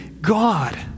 God